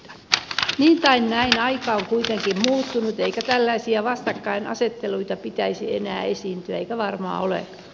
niin tai näin aika on kuitenkin muuttunut eikä tällaisia vastakkainasetteluita pitäisi enää esiintyä eikä varmaan olekaan